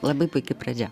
labai puiki pradžia